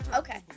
okay